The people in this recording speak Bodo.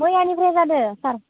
मैयानिफ्राय जादों सार